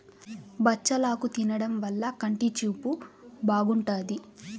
బచ్చలాకు తినడం వల్ల కంటి చూపు బాగుంటాది